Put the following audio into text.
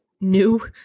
new